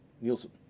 Nielsen